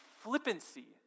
Flippancy